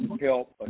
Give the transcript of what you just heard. help